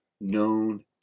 known